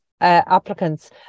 applicants